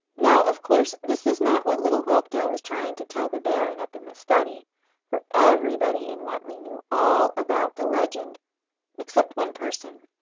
now, of course, this is not what little whelpdale is trying to tell the baron up in the study for everybody in wantley knew all about the legend except one person,